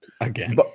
Again